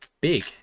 big